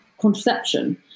contraception